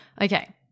Okay